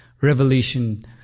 Revelation